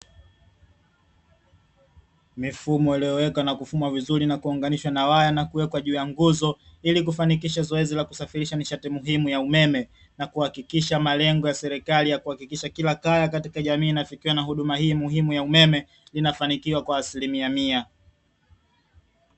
Mifumo iliyoweka na kufuma na vizuri na kuwaunganisha na waya na kuwekwa juu ya nguzo, ili kufanikisha zoezi la kusafirisha nishati muhimu ya umeme, na kuhakikisha malengo ya serikali ya kuhakikisha kila kaya katika jamii inafikiwa na huduma hii ya umeme inafanikiwa kwa asilimia mia.